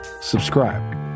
subscribe